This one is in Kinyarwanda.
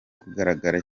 kugaragara